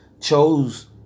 chose